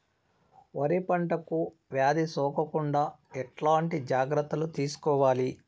వరి పంటకు వ్యాధి సోకకుండా ఎట్లాంటి జాగ్రత్తలు తీసుకోవాలి?